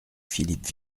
philippe